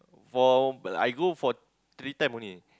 for but I go for three time only